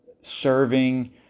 serving